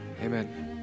amen